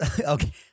Okay